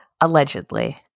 allegedly